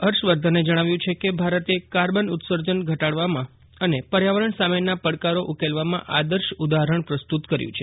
હર્ષવર્ધને જણાવ્યું છે કે ભારતે કાર્બન ઉત્સર્જન ઘટાડવામાં અને પર્યાવરણ સામેના પડકારો ઉકેલવામાં આદર્શ ઉદાહરણ પ્રસ્તુત કર્યું છે